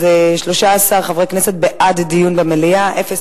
13 חברי כנסת בעד הדיון במליאה, אפס